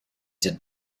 did